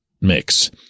mix